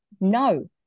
no